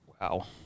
Wow